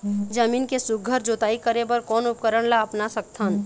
जमीन के सुघ्घर जोताई करे बर कोन उपकरण ला अपना सकथन?